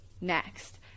next